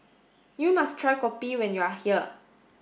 you must try Kopi when you are here